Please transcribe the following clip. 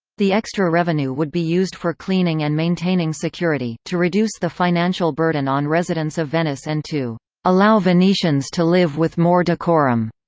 the extra revenue would be used for cleaning and maintaining security, to reduce the financial burden on residents of venice and to allow venetians to live with more decorum.